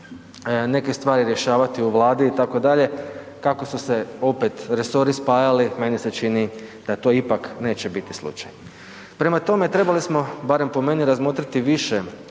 neke stvari rješavati u Vladi itd., kako su se opet resori spajali, meni se čini da to ipak neće biti slučaj. Prema tome, trebali smo barem po meni razmotriti više